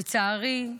לצערי,